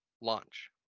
launch